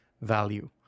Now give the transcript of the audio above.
value